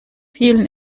vielen